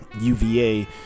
uva